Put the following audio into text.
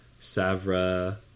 Savra